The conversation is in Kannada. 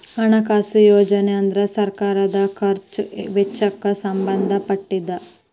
ಹಣಕಾಸು ಯೋಜನೆ ಅಂದ್ರ ಸರ್ಕಾರದ್ ಖರ್ಚ್ ವೆಚ್ಚಕ್ಕ್ ಸಂಬಂಧ ಪಟ್ಟಿದ್ದ